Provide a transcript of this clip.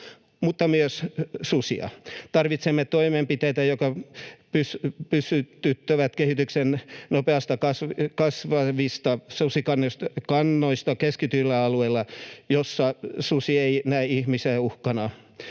asukkaita myös susia. Tarvitsemme toimenpiteitä, jotka pysäyttävät kehityksen nopeasti kasvavista susikannoista kärsivillä alueilla, joissa susi ei näe ihmisiä uhkana.